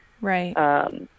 Right